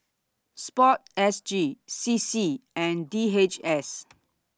Sport S G C C and D H S